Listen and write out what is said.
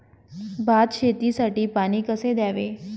भात शेतीसाठी पाणी कसे द्यावे?